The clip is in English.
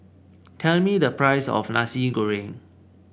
tell me the price of Nasi Goreng